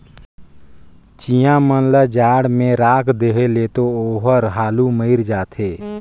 चिंया मन ल जाड़ में राख देहे ले तो ओहर हालु मइर जाथे